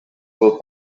will